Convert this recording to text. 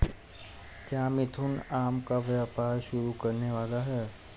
क्या मिथुन आम का व्यापार शुरू करने वाला है?